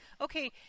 Okay